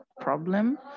problem